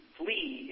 flee